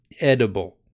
edible